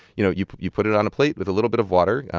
you know you you put it it on a plate with a little bit of water,